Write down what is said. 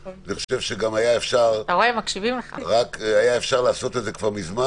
אני חושב שהיה אפשר לעשות את זה מזמן,